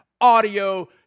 audio